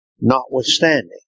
notwithstanding